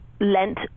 lent